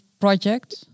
project